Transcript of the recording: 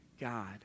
God